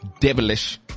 devilish